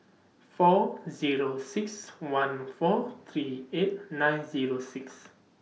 four Zero six one four three eight nine Zero six